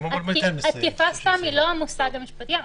תקיפה סתם היא לא המושג המשפטי,